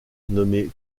nommé